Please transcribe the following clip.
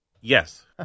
Yes